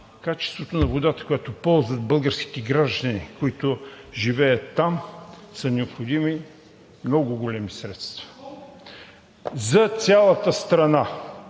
качеството на водата, която ползват българските граждани, които живеят там, са необходими много средства. За цялата страна